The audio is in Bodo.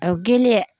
गेले